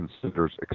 considers